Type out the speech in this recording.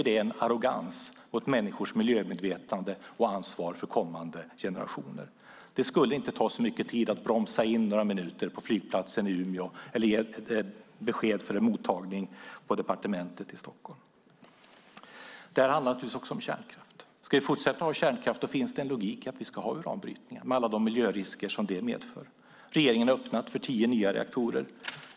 Det är en arrogans mot människors miljömedvetande och ansvar för kommande generationer. Det tar inte så mycket tid att bromsa in några minuter på flygplatsen i Umeå eller ge besked för en mottagning på departementet i Stockholm. Det handlar givetvis också om kärnkraften. Ska vi fortsätta ha kärnkraft är det logiskt att vi har uranbrytning med alla de miljörisker som det medför. Regeringen har öppnat för tio nya reaktorer.